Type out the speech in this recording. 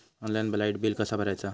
Online light bill कसा भरायचा?